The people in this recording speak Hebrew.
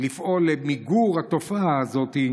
לפעול למיגור התופעה הזאת,